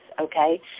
okay